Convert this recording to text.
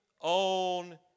on